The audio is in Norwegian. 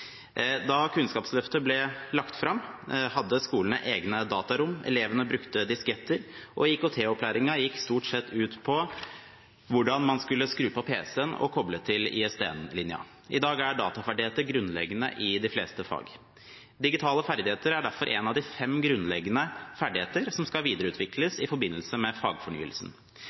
Da kunnskapsløftet ble lagt fram, hadde skolene egne datarom, elevene brukte disketter, og IKT-opplæringen gikk stort sett ut på hvordan man skulle skru på pc-en og koble til ISDN-linjen. I dag er dataferdigheter grunnleggende i de fleste fag. Digitale ferdigheter er derfor en av de fem grunnleggende ferdigheter som skal videreutvikles i forbindelse med fagfornyelsen.